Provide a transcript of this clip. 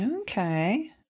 Okay